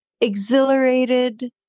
exhilarated